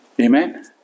Amen